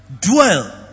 dwell